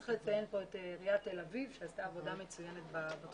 צריך לציין כאן את עיריית תל אביב שעשתה עבודה מצוינת בתחום.